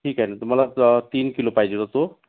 ठीक आहे ना तुम्हाला तीन किलो पाहिजे तो